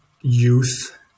youth –